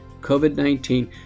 COVID-19